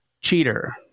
Cheater